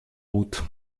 route